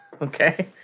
okay